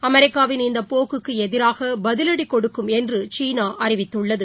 அமெரிக்காவின் இந்தபோக்குக்குஎதிராகபதிவடிகொடுக்கப்படும் என்றுசீனாஅறிவித்துள்ளது